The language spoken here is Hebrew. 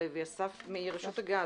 כהן מרשות הגז.